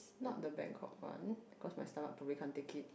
not the Bangkok one cause my stomach probably can't take it